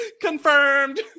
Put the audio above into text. confirmed